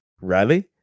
Riley